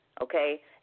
okay